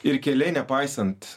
ir keliai nepaisant